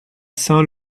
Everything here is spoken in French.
saint